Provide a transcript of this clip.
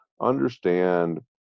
understand